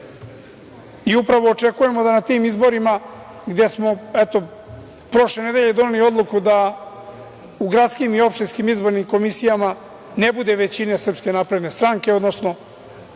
I upravo očekujemo da na tim izborima, gde smo, eto, prošle nedelje doneli odluku da u gradskim i opštinskim izbornim komisijama ne bude većine SNS, odnosno